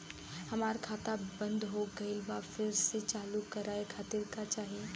हमार खाता बंद हो गइल बा फिर से चालू करा खातिर का चाही?